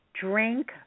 drink